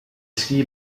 ski